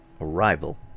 Arrival